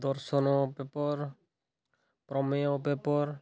ଦର୍ଶନ ପେପର୍ ପ୍ରମେୟ ପେପର୍